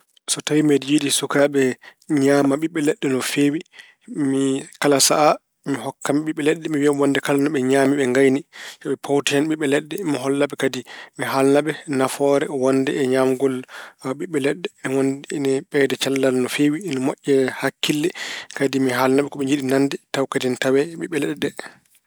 So tawi mbeɗa yiɗi sukaaɓe ñaama ɓiɓɓe leɗɗe no feewi, mi- kala sahaa mi hokkan ɓe ɓiɓɓe leɗɗe. Mi wiya ɓe wonde kala nde ɓe ñaami, ɓe ngayni yo ɓe pawtu hen ɓiɓɓe leɗɗe. Mi holla ɓe kadi, mi haalna ɓe nafoore wonnde e ñaamgol ɓiɓɓe leɗɗe. Ena won- ina ɓeyda cellal no feewi. Ina moƴƴe hakkille. Kadi mi haalna ɓe ko ɓe njiɗi nande tawa kadi ine tawee e ɓiɓɓe leɗɗe ɗe.